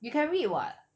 you can read [what]